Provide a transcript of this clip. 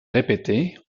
répétée